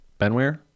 benware